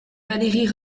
valérie